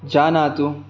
जानातु